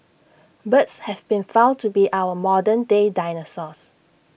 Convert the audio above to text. birds have been found to be our modern day dinosaurs